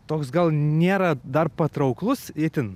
toks gal nėra dar patrauklus itin